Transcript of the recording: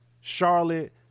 Charlotte